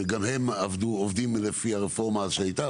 שגם הם עובדים לפי הרפורמה שהיתה,